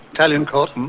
italian court?